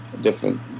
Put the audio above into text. different